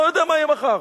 מה הוא יודע מה יהיה מחר?